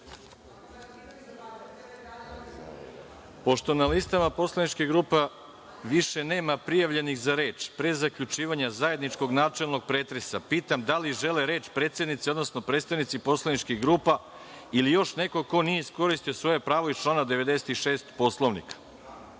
na listama poslaničkih grupa više nema prijavljenih za reč, pre zaključivanja zajedničkog načelnog pretresa, pitam da li žele reč predsednici, odnosno predstavnici poslaničkih grupa ili još neko ko nije iskoristio svoje pravo iz člana 96. Poslovnika? Reč